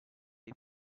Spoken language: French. est